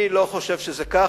אני לא חושב שזה כך.